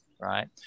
right